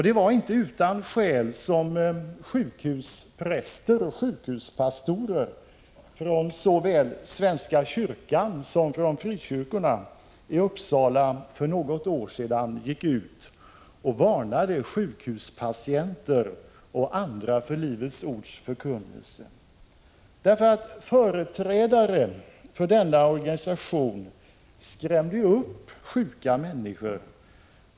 Det var inte utan skäl som sjukhuspräster och sjukhuspastorer såväl från svenska kyrkan som från frikyrkorna i Uppsala för något år sedan gick ut och varnade sjukhuspatienter och andra för Livets ords förkunnelse. Företrädare för denna organisation skrämde nämligen upp sjuka människor.